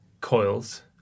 coils